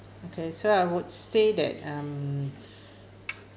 okay so I would say that um